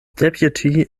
deputy